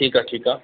ठीकु आहे ठीकु आहे